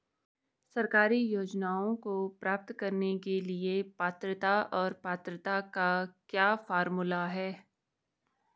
सरकारी योजनाओं को प्राप्त करने के लिए पात्रता और पात्रता का क्या फार्मूला है?